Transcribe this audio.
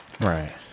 Right